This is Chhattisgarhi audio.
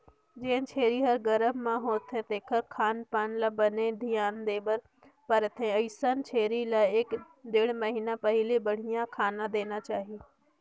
जेन छेरी ह गरभ म होथे तेखर खान पान ल बने धियान देबर परथे, अइसन छेरी ल एक ढ़ेड़ महिना पहिली बड़िहा खाना देना चाही